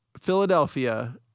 Philadelphia